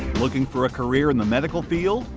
looking for a career in the medical field?